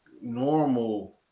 normal